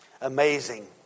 amazing